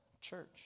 church